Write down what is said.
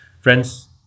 Friends